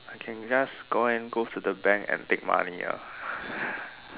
I can just go in go to the bank and take money ah